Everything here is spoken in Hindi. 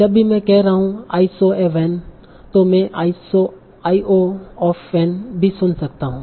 जब भी मैं कह रहा हूं 'आइ सॉ ए वैन' तों में 'आईज औ ऑफ़ एन' भी सुन सकता हू